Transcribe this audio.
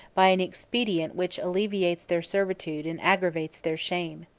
by an expedient which alleviates their servitude and aggravates their shame.